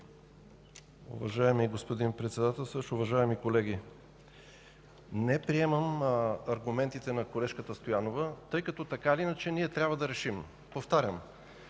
Уважаеми господин Председател, уважаеми колеги! Не приемам аргументите на колежката Стоянова, тъй като ние трябва да решим, повтарям,